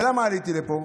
ולמה עליתי לפה?